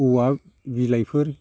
औवा बिलाइफोर